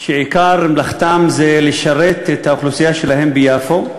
שעיקר מלאכתם זה לשרת את האוכלוסייה שלהם ביפו.